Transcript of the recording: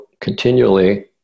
continually